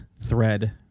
thread